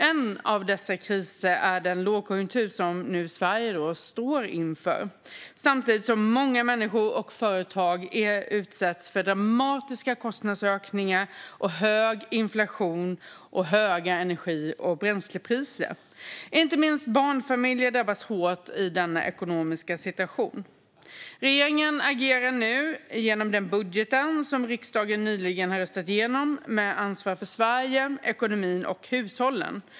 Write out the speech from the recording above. En av dessa kriser är den lågkonjunktur som Sverige nu står inför, samtidigt som många människor och företag utsätts för dramatiska kostnadsökningar genom hög inflation och höga energi och bränslepriser. Inte minst barnfamiljer drabbas hårt av den ekonomiska situationen. Regeringen agerar nu genom den budget som riksdagen nyligen röstat igenom med ansvar för Sverige, ekonomin och hushållen.